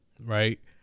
Right